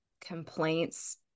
complaints